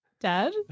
Dad